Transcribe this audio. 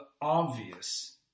obvious